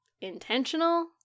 intentional